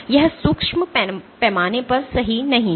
यह सूक्ष्म पैमाने पर सही नहीं है